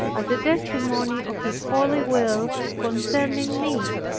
as a testimony of his holy will concerning me.